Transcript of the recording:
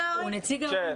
כן.